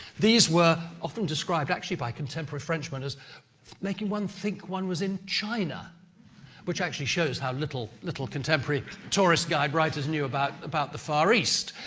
these were often described by contemporary frenchmen as making one think one was in china which actually shows how little little contemporary tourist guide writers knew about about the far east.